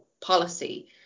policy